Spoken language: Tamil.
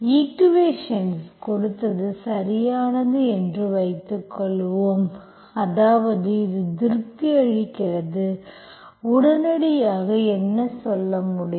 ஈக்குவேஷன்ஸ் கொடுத்தது சரியானது என்று வைத்துக்கொள்வோம் அதாவது இது திருப்தி அளிக்கிறது உடனடியாக என்ன சொல்ல முடியும்